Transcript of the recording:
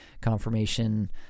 confirmation